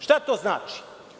Šta to znači?